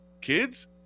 kids